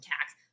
tax